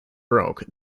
broke